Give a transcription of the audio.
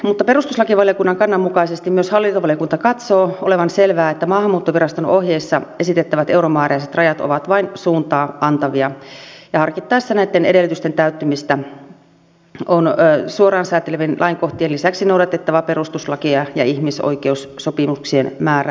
mutta perustuslakivaliokunnan kannan mukaisesti myös hallintovaliokunta katsoo olevan selvää että maahanmuuttoviraston ohjeissa esitettävät euromääräiset rajat ovat vain suuntaa antavia ja harkittaessa näitten edellytysten täyttymistä on suoraan sääntelevien lainkohtien lisäksi noudatettava perustuslakia ja ihmisoikeussopimusten määräyksiä